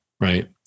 right